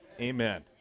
Amen